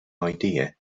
idea